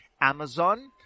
Amazon